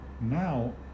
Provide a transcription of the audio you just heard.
now